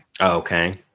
Okay